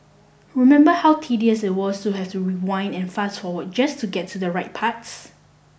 remember how tedious it was to have to rewind and fast forward just to get to the right parts